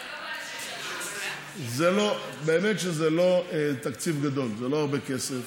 באמת שזה לא תקציב גדול, זה לא הרבה כסף.